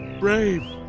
brave.